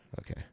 Okay